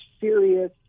serious